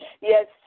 yes